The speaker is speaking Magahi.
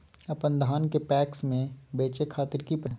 अपन धान के पैक्स मैं बेचे खातिर की प्रक्रिया हय?